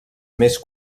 més